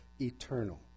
eternal